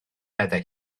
meddai